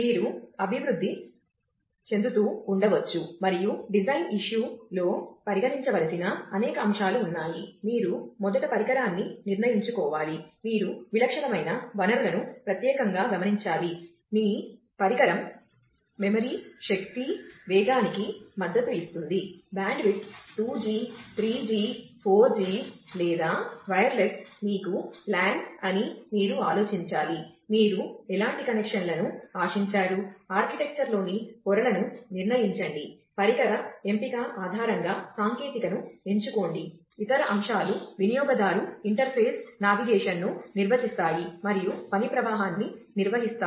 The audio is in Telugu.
మీరు అభివృద్ధి చెందుతూ ఉండవచ్చు మరియు డిజైన్ ఇష్యూను నిర్వచిస్తాయి మరియు పని ప్రవాహాన్ని నిర్వహిస్తాయి